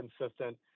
consistent